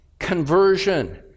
conversion